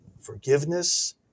forgiveness